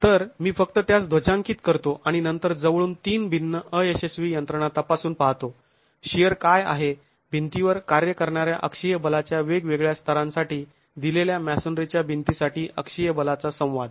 तर मी फक्त त्यास ध्वजांकीत करतो आणि नंतर जवळून तीन भिन्न अयशस्वी यंत्रणा तपासून पाहतो शिअर काय आहे भिंतीवर कार्य करणाऱ्या अक्षीय बलाच्या वेगवेगळ्या स्तरांसाठी दिलेल्या मॅसोनरीच्या भिंतीसाठी अक्षीय बलाचा संवाद